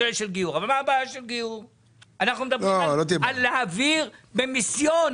אנחנו מדברים על מיסיון.